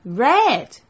red